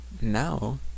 now